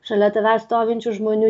šalia tavęs stovinčių žmonių